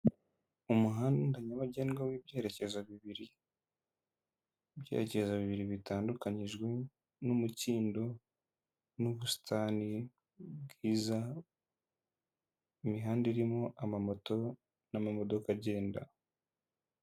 Umuhanda nyabagendwa w'ibyerekezo bibiri, ibyegera bibiri bitandukanyijwe n'umukindo n'ubusitani bwiza, imihanda irimo amamoto n'amamodoka agenda.